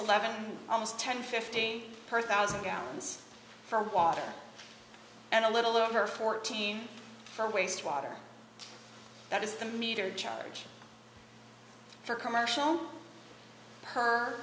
eleven homes ten fifteen per thousand gallons for water and a little over fourteen for wastewater that is the metered charge for commercial per